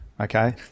Okay